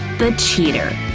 the cheater